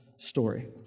story